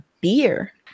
beer